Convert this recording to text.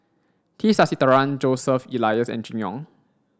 T Sasitharan Joseph Elias and Jimmy Ong